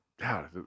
God